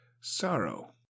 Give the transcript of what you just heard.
sorrow